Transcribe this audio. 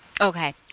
Okay